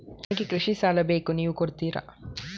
ನನಗೆ ಕೃಷಿ ಸಾಲ ಬೇಕು ನೀವು ಕೊಡ್ತೀರಾ?